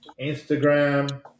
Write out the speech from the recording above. Instagram